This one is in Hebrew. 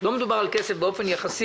לא מדובר על כסף גדול באופן יחסי.